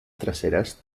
traseras